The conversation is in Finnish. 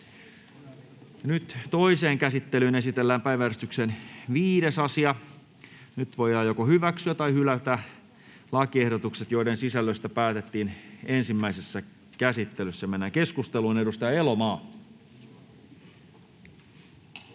Toiseen käsittelyyn esitellään päiväjärjestyksen 5. asia. Nyt voidaan hyväksyä tai hylätä lakiehdotukset, joiden sisällöstä päätettiin ensimmäisessä käsittelyssä. — Edustaja Elomaa.